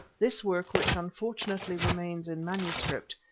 this work, which, unfortunately, remains in manuscript,